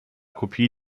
kopie